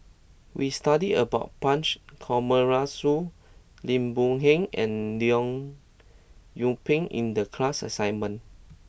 we studied about Punch Coomaraswamy Lim Boon Heng and Leong Yoon Pin in the class assignment